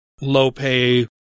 low-pay